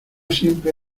siempre